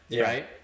right